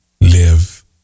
live